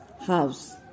house